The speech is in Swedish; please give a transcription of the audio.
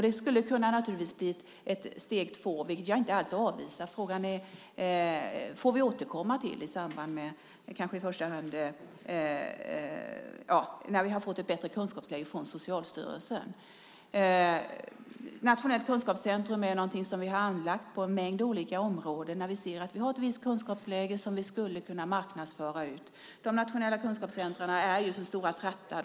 Det skulle naturligtvis kunna bli steg två, vilket jag inte alls avvisar. Frågan får vi återkomma till, kanske i första hand när vi har fått ett bättre kunskapsläge när det gäller Socialstyrelsen. Nationella kunskapscentrum är någonting som vi har anlagt på en mängd olika områden när vi har sett att vi har ett visst kunskapsläge som vi skulle kunna marknadsföra. De nationella kunskapscentrumen är ju som stora trattar.